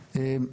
כן, כן.